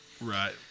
Right